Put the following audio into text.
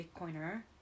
bitcoiner